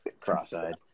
Cross-eyed